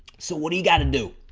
so what do you got to do